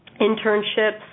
Internships